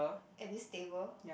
at this table